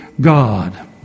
God